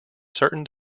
certain